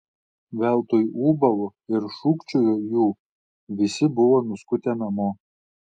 veltui ūbavo ir šūkčiojo jų visi buvo nuskutę namo